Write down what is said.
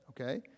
Okay